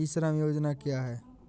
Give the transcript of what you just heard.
ई श्रम योजना क्या है?